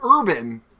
Urban